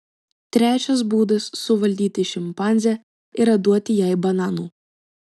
trečias būdas suvaldyti šimpanzę yra duoti jai bananų